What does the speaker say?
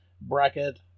bracket